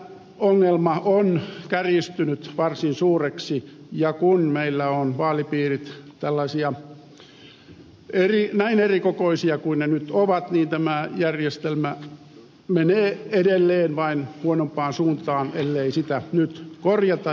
tämä ongelma on kärjistynyt varsin suureksi ja kun meillä vaalipiirit ovat näin erikokoisia kuin ne nyt ovat niin tämä järjestelmä menee edelleen vain huonompaan suuntaan ellei sitä nyt korjata